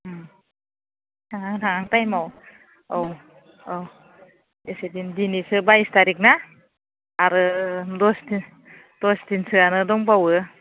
थांहां थांहां टाइमाव औ औ इसे दिन दिनैसो बाइस थारिख ना आरो दस दिन दस दिनसोआनो दंबावो